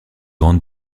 grande